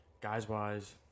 Guys-wise